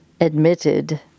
admitted